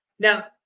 Now